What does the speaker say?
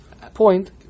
point